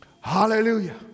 Hallelujah